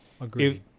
Agreed